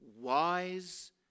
wise